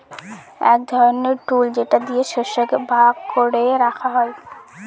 এক ধরনের টুল যেটা দিয়ে শস্যকে ভাগ করে রাখা হয়